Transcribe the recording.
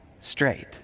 straight